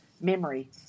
memory